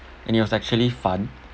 and it was actually fun